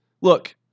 Look